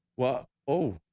whoa. oh,